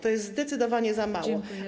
To jest zdecydowanie za mało.